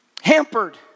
hampered